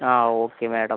ആ okay madam